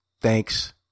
thanks